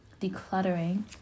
decluttering